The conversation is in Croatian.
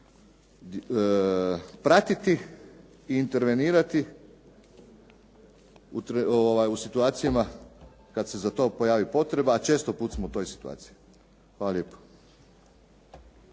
pratiti i intervenirati u situacijama kad se za to pojavi potreba, a često puta smo u toj situaciji. Hvala lijepo.